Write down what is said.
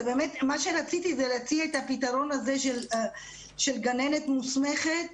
רציתי להציע את הפתרון הזה של גננת מוסמכת.